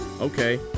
okay